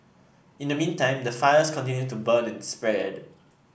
in the meantime the fires continue to burn and spread